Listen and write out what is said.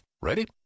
Ready